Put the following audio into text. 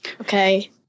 okay